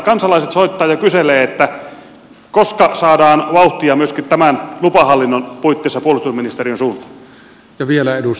kansalaiset soittavat ja kyselevät koska saadaan vauhtia myöskin tämän lupahallinnon puitteissa puolustusministeriön suuntaan